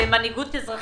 למנהיגות אזרחית.